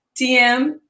DM